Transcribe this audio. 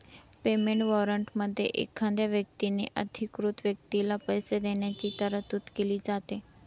payment वॉरंटमध्ये एखाद्या व्यक्तीने अधिकृत व्यक्तीला पैसे देण्याची तरतूद केली जाते